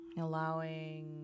allowing